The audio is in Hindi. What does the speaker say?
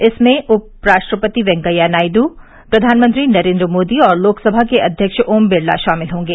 इसमें उपराष्ट्रपति वेंकैया नायड् प्रधानमंत्री नरेन्द्र मोदी और लोकसभा के अध्यक्ष ओम बिरला शामिल होंगे